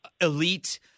elite